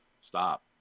Stop